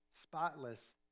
spotless